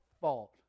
fault